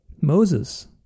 Moses